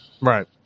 right